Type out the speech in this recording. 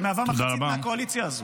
שמהווה מחצית מהקואליציה הזו: